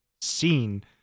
seen